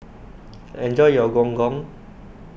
enjoy your Gong Gong